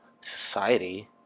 society